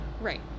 Right